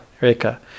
Reka